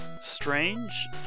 strange